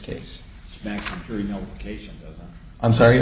case you know i'm sorry